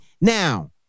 Now